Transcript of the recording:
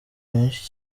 benshi